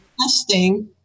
testing